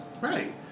Right